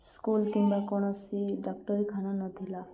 school କିମ୍ବା କୌଣସି ଡାକ୍ତରଖାନା ନଥିଲା